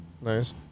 nice